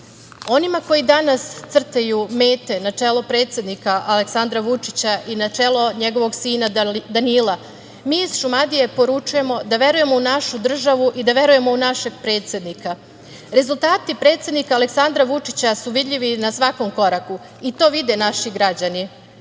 koji danas crtaju mete na čelo predsednika Aleksandra Vučića i na čelo njegovog sina Danila, mi iz Šumadije poručujemo da verujemo u našu državu i da verujemo u našeg predsednika. Rezultati predsednika Aleksandra Vučića su vidljivi na svakom koraku i to vide naši građani.